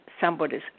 somebody's